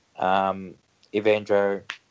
Evandro